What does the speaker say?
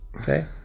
okay